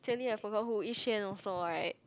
actually I forgot who Yi-Xuan also [right]